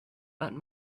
but